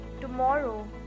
Tomorrow